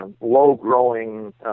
low-growing